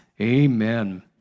Amen